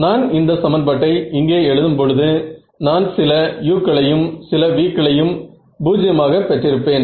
நான் இந்த சமன்பாட்டை இங்கே எழுதும் பொழுது நான் சில u களையும் சில v களையும் 0 ஆக பெற்றிருப்பேன்